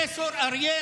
טרור.